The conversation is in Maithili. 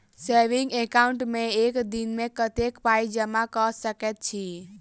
सेविंग एकाउन्ट मे एक दिनमे कतेक पाई जमा कऽ सकैत छी?